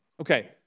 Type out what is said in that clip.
Okay